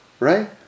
Right